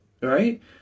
right